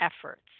efforts